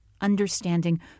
understanding